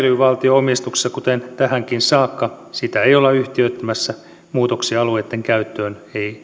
valtion omistuksessa kuten tähänkin saakka sitä ei olla yhtiöittämässä muutoksia alueitten käyttöön ei sinällään